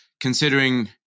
considering